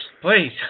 please